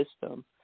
system